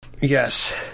Yes